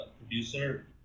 producer